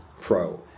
pro